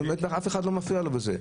אף אחד לא מפריע לו בזה.